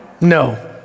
No